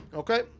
Okay